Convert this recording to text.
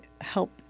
help